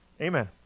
Amen